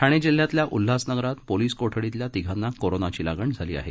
ठाणे जिल्ह्यातल्या उल्हासनगरमध्ये पोलिस कोठडीतल्या तिघांना कोरोनाची लागण झाली आहे